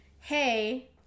hey